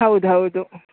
ಹೌದು ಹೌದು